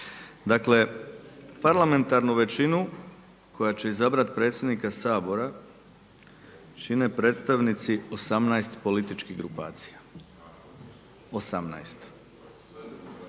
Dakle, parlamentarnu većinu koja će izabrati predsjednika Sabora čine predstavnici 18 političkih grupacija, 18